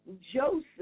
Joseph